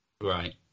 right